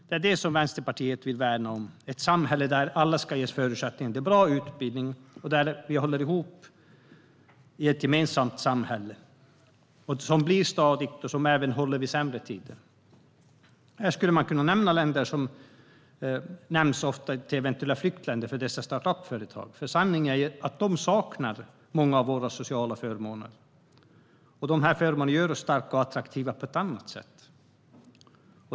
Det är det som Vänsterpartiet vill värna om: ett samhälle där alla ska ges förutsättningar till en bra utbildning och där vi håller ihop i ett gemensamt samhälle som blir stadigt och som även håller i sämre tider. Här skulle man kunna nämna länder som räknas upp som eventuella flyktländer för dessa startup-företag. Sanningen är att de saknar många av våra sociala förmåner som gör oss starka och attraktiva på ett annat sätt.